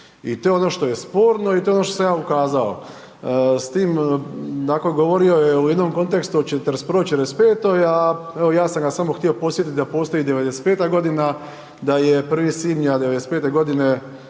I to je ono što je sporno i to je ono što sam ja ukazao. S tim, dakle govorio je u jednom kontekstu od '41.-'45., a evo ja sam ga samo htio podsjetiti da postoji i '95. g., da je 1. svibnja '95. g. iz